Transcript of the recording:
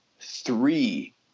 three